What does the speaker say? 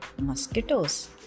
mosquitoes